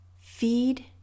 Feed